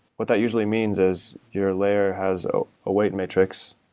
what that usually means is your layer has a weight matrix.